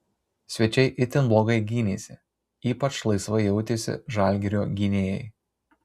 svečiai itin blogai gynėsi ypač laisvai jautėsi žalgirio gynėjai